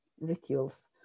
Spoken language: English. rituals